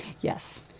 Yes